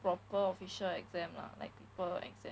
proper official exam lah like people exam